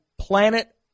planet